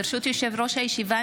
ברשות יושב-ראש הישיבה,